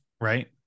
Right